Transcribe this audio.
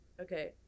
okay